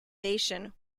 nation